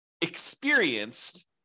experienced